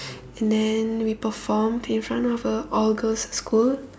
and than we performed in front of a all girls school